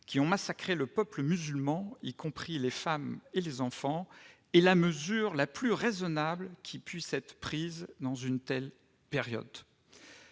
qui ont massacré le peuple musulman, y compris les femmes et les enfants, est la mesure la plus raisonnable qui puisse être prise dans une telle période.